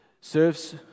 serves